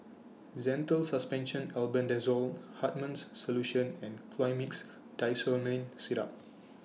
Zental Suspension Albendazole Hartman's Solution and Colimix Dicyclomine Syrup